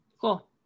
Cool